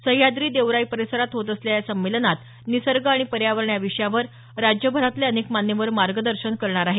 सह्याद्री देवराई परिसरात होत असलेल्या या संमेलनात निसर्ग आणि पर्यावरण या विषयावर राज्यभरातले अनेक मान्यवर मार्गदर्शन करणार आहेत